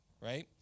right